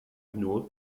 nur